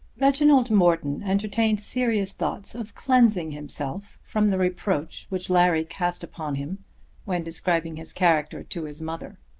reginald morton entertained serious thoughts of cleansing himself from the reproach which larry cast upon him when describing his character to his mother.